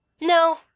No